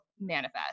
manifest